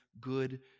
good